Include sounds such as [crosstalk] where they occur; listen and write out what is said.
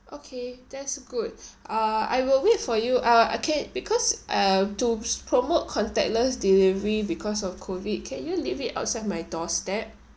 okay that's good [breath] uh I will wait for you ah okay because uh to promote contactless delivery because of COVID can you leave it outside my doorstep